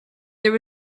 there